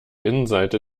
innenseite